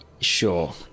sure